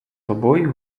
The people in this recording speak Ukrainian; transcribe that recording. тобою